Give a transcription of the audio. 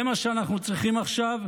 זה מה שאנחנו צריכים עכשיו,